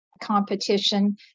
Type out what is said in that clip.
competition